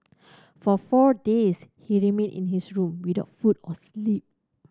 for four days he remained in his room with the food or sleep